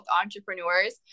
entrepreneurs